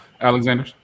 Alexander